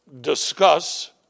discuss